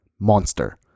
monster